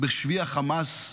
בשבי החמאס.